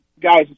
guys